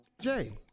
Jay